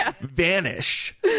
vanish